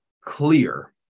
clear